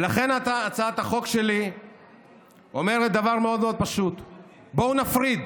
לכן הצעת החוק שלי אומרת דבר מאוד מאוד פשוט: בואו נפריד.